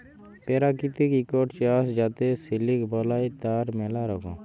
পেরাকিতিক ইকট চাস যাতে সিলিক বালাই, তার ম্যালা রকম